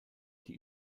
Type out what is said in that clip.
die